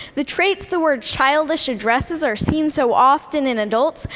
the traits the word childish addresses are seen so often in adults,